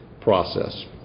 process